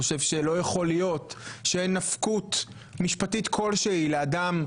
חושב שלא יכול להיות שאין נפקות משפטית כלשהי לאדם,